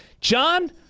John